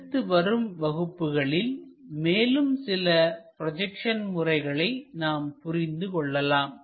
அடுத்து வரும் வகுப்புகளில் மேலும் சில ப்ரொஜெக்ஷன் முறைகளை நாம் புரிந்து கொள்ளலாம்